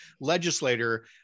legislator